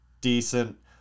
decent